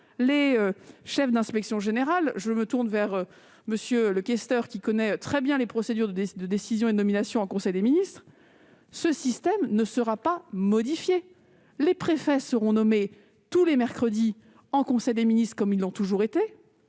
des chefs d'inspection générale - je me tourne vers M. le questeur Bas, qui connaît très bien les procédures de décision et de nomination en conseil des ministres -ne sera pas modifiée : les préfets seront nommés tous les mercredis en conseil des ministres, comme ils l'ont toujours été.